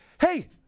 Hey